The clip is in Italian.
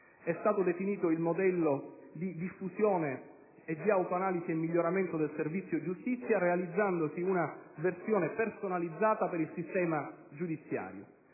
È stato definito il progetto di «Diffusione del modello di autoanalisi e miglioramento del servizio giustizia», realizzandosi una versione personalizzata per il sistema giudiziario.